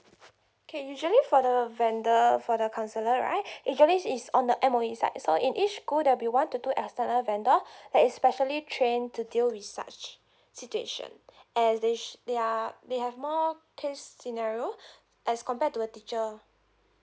okay usually for the vendor for the counsellor right usually it's on the M_O_E side so in each school there'll be one to two external vendor that is specially trained to deal with such situation as they they are they have more case scenario as compared to a teacher